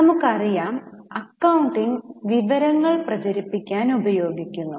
നമുക്കറിയാം അക്കൌണ്ടിംഗ് വിവരങ്ങൾ പ്രചരിപ്പിക്കാൻ ഉപയോഗിക്കുന്നു